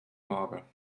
mager